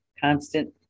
Constant